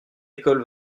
école